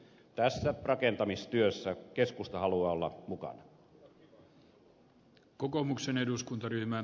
tässä rakentamistyössä keskusta haluaa olla mukana